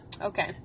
okay